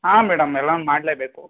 ಹಾಂ ಮೇಡಮ್ ಎಲ್ಲನೂ ಮಾಡಲೇಬೇಕು